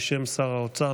בשם שר האוצר,